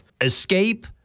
escape